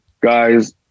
guys